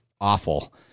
awful